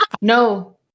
No